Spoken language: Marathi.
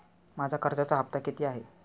माझा कर्जाचा हफ्ता किती आहे?